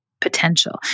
potential